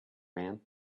man